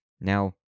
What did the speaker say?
now